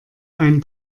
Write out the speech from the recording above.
ein